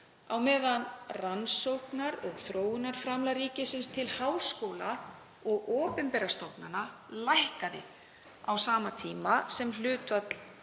á meðan rannsókna- og þróunarframlag ríkisins til háskóla og opinberra stofnana lækkaði á sama tíma sem hlutfall